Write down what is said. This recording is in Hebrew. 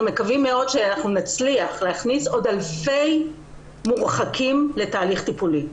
אנחנו מקווים מאוד שנצליח להכניס עוד אלפי מורחקים לתהליך טיפולי.